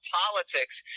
politics